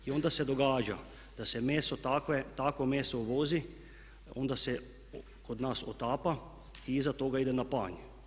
I onda se događa da se takvo meso uvozi, onda se kod nas otapa i iza toga ide na panj.